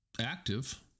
active